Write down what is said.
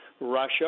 Russia